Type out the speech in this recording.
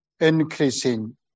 Increasing